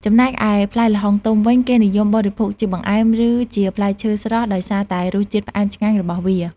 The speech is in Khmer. ចំណែកឯផ្លែល្ហុងទុំវិញ គេនិយមបរិភោគជាបង្អែម ឬជាផ្លែឈើស្រស់ដោយសារតែរសជាតិផ្អែមឆ្ងាញ់របស់វា។